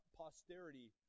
posterity